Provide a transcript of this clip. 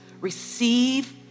Receive